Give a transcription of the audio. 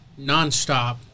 nonstop